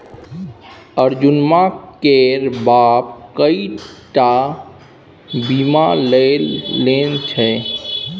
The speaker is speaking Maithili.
अर्जुनमा केर बाप कएक टा बीमा लेने छै